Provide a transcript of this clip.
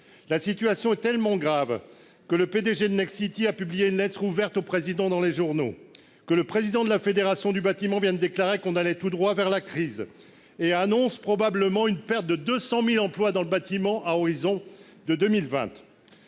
La situation est si grave que le P-DG de Nexity a publié une lettre ouverte au Président de la République dans les journaux et que le président de la Fédération du bâtiment vient de déclarer qu'on allait tout droit vers une crise. Il annonce la perte probable de 200 000 emplois dans le bâtiment à l'horizon de 2020.